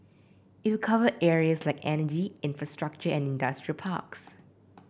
it will cover areas like energy infrastructure and industrial parks